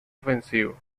ofensivo